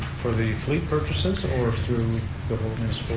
for the fleet purposes or through the whole